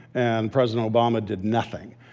and president obama did nothing.